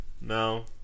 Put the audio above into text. No